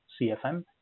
CFM